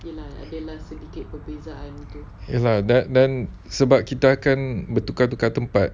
yes lah dan dan sebab kita akan bertukar-tukar tempat